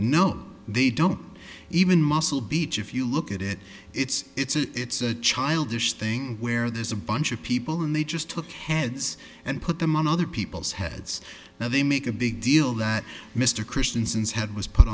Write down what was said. no they don't even muscled beach if you look at it it's it's a it's a childish thing where there's a bunch of people and they just took heads and put them on other people's heads now they make a big deal that mr christensen's head was put